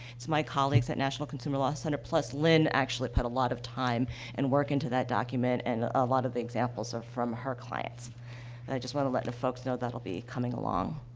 it's my colleagues at national consumer law center, plus, lynn actually put a lot of time and work into that document, and a lot of the examples are from her clients. and i just want to let the folks know that'll be coming along.